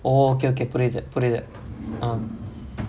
oh okay okay புரியிது புரியிது:puriyithu puriyithu ah